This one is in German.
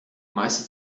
meiste